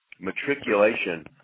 matriculation